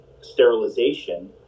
sterilization